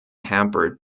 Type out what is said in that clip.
hampered